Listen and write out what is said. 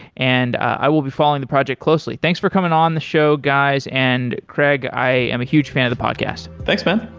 and i will be following the project closely. thanks for coming on the show, guys. and craig, i am a huge fan of the podcast. thanks, man.